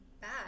bad